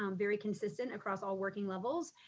um very consistent across all working levels,